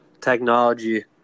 technology